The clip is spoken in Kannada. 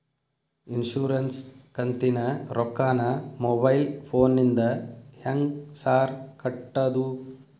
ಇನ್ಶೂರೆನ್ಸ್ ಕಂತಿನ ರೊಕ್ಕನಾ ಮೊಬೈಲ್ ಫೋನಿಂದ ಹೆಂಗ್ ಸಾರ್ ಕಟ್ಟದು?